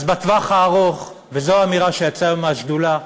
אז בטווח הארוך, וזאת האמירה שיצאה היום מהשדולה,